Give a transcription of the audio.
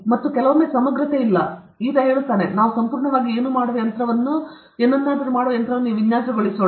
ಮತ್ತು ಕೆಲವೊಮ್ಮೆ ಸಮಗ್ರತೆ ಇಲ್ಲ ಈತ ಹೇಳುತ್ತಾನೆ ನಾವು ಸಂಪೂರ್ಣವಾಗಿ ಏನೂ ಮಾಡುವ ಯಂತ್ರವನ್ನು ವಿನ್ಯಾಸಗೊಳಿಸೋಣ